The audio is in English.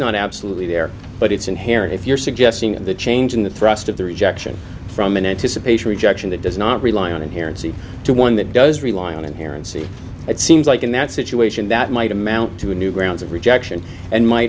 not absolutely there but it's inherent if you're suggesting the change in the thrust of the rejection from an anticipation rejection that does not rely on inherent see to one that does rely on it here and see it seems like in that situation that might amount to a new grounds of rejection and might